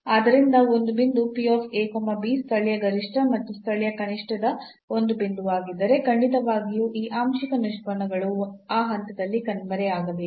ಆದ್ದರಿಂದ ಒಂದು ಬಿಂದು ಸ್ಥಳೀಯ ಗರಿಷ್ಠ ಅಥವಾ ಸ್ಥಳೀಯ ಕನಿಷ್ಠದ ಒಂದು ಬಿಂದುವಾಗಿದ್ದರೆ ಖಂಡಿತವಾಗಿಯೂ ಈ ಆಂಶಿಕ ನಿಷ್ಪನ್ನಗಳು ಆ ಹಂತದಲ್ಲಿ ಕಣ್ಮರೆಯಾಗಬೇಕು